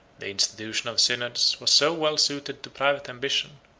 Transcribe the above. the institution of synods was so well suited to private ambition,